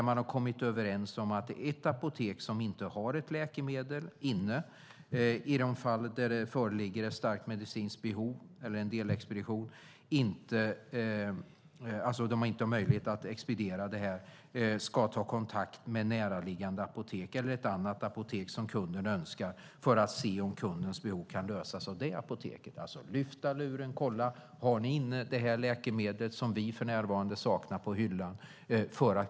Man har kommit överens om att ett apotek som inte har ett läkemedel inne och alltså inte har möjlighet att expediera det i de fall där det föreligger ett starkt medicinskt behov ska ta kontakt med närliggande apotek eller ett annat apotek som kunden önskar för att se om kundens behov kan tillgodoses av det apoteket. Man ska alltså lyfta luren och kolla: Har ni det här läkemedlet inne som vi för närvarande saknar på hyllan?